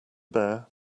bear